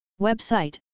Website